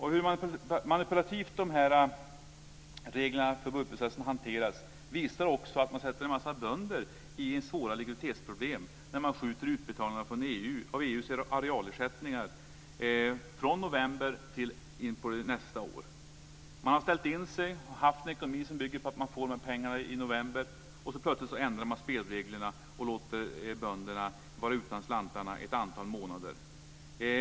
Hur manipulativt de här reglerna för budgetprocessen hanteras visar också det faktum att man sätter en massa bönder i svåra likviditetsproblem när man skjuter fram utbetalningarna av EU:s arealersättningar från november till nästa år. De har ställt in sig på, och haft en ekonomi som bygger på, att de ska få de här pengarna i november. Plötsligt ändrar man spelreglerna och låter bönderna vara utan slantarna i ett antal månader.